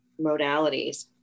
modalities